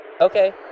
Okay